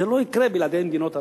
זה לא יקרה בלי מדינות ערב.